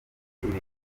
ibintu